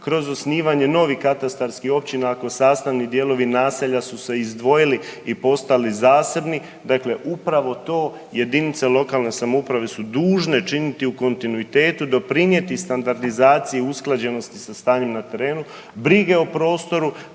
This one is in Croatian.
kroz osnivanje novih katastarskih općina, ako sastavni dijelovi naselja su se izdvojili i postali zasebni, dakle upravo to jedinice lokalne samouprave su dužne činiti u kontinuitetu, doprinijeti standardizaciji i usklađenosti sa stanjem na terenu, brige o prostoru,